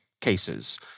cases